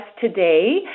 today